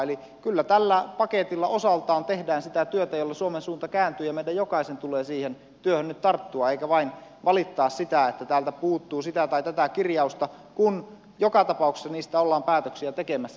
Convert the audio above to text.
eli kyllä tällä paketilla osaltaan tehdään sitä työtä jolla suomen suunta kääntyy ja meidän jokaisen tulee siihen työhön nyt tarttua eikä vain valittaa sitä että täältä puuttuu sitä tai tätä kirjausta kun joka tapauksessa ollaan päätöksiä tekemässä niistä asioista